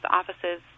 offices